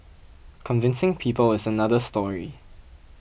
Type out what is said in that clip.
convincing people is another story